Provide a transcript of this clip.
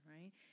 right